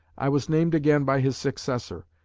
i was named again by his successor,